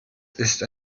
ist